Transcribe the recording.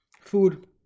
food